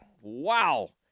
wow